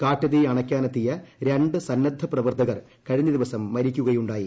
കാട്ടുതീ അണ്ടിയ്ക്കാനെത്തിയ രണ്ടു സന്നദ്ധ പ്രവർത്തകർ കഴിഞ്ഞ ദിവസം മരിക്കുകയുണ്ടായി